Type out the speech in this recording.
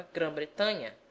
Grã-Bretanha